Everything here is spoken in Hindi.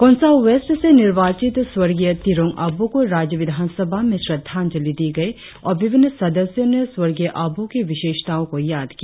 खोंसा वेस्ट से निर्वाचित स्वर्गीय तिरोंग अबोह को राज्य विधानसभा में श्रद्धांजलि दी गई और विभिन्न सदस्यों ने स्वर्गीय अबोह की विशेषताओं को याद किया